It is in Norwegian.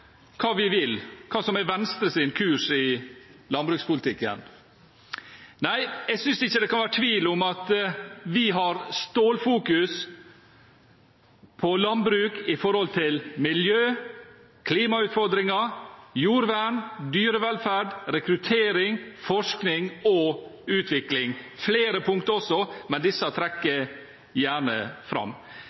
hva vi vil, hva som er Venstres kurs i landbrukspolitikken. Jeg synes ikke det kan være tvil om at vi har stålfokus på landbruk når det gjelder miljø, klimautfordringer, jordvern, dyrevelferd, rekruttering, forskning og utvikling. Det er flere punkt også, men disse trekker jeg gjerne fram.